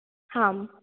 आम्